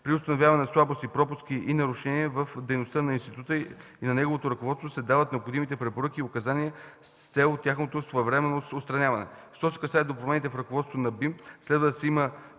При установяване на слабости, пропуски и нарушения в дейността на института и на неговото ръководство се дават необходимите препоръки и указания, с цел тяхното своевременно отстраняване. Що се касае до промените в ръководството на БИМ, следва да се има